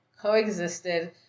coexisted